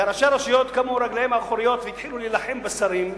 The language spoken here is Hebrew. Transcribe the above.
וראשי הרשויות קמו על רגליהם האחוריות והתחילו להילחם בשרים,